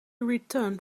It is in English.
returned